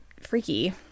freaky